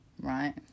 right